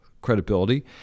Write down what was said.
credibility